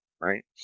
right